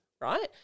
right